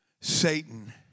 Satan